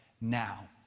now